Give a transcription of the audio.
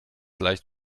leicht